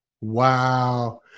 Wow